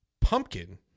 pumpkin